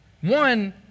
One